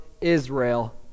Israel